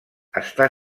està